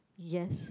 yes